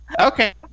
Okay